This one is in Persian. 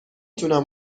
تونم